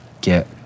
get